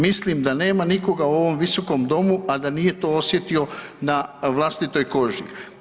Mislim da nema nikoga u ovom visokom domu, a da nije to osjetio na vlastitoj koži.